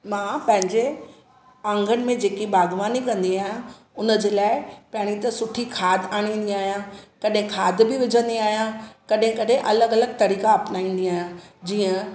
मां पंहिंजे आंगन में जेकी बाग़वानी कंदी आहियां उन जे लाइ पहिरीं त सुठी खाद बि आणींदी आहियां कॾहिं खाद बि विझंदी आहियां कॾहिं कॾहिं अलॻि अलॻि तरीक़ा अपनाईंदी आहियां जीअं